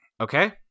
Okay